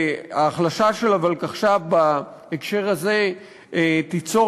והחלשה של הוולקחש"פ בהקשר הזה תיצור